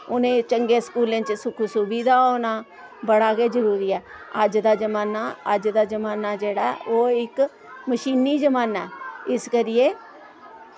उ'नें चंगे स्कूलें च सुख सुविधा होना बड़ा गै जरुरी ऐ अज्ज दा जमाना अज्ज दा जमाना जेह्ड़ा ऐ ओ इक मशीनी जमाना ऐ इस करियै